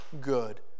good